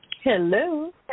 Hello